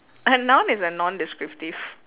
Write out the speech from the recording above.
a noun is a non descriptive